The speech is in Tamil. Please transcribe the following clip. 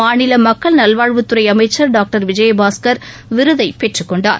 மாநிலமக்கள் நல்வாழ்வுத்துறைஅமைச்சர் டாக்டர் விஜயபாஸ்கர் விருதைப் பெற்றுக்கொண்டார்